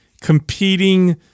competing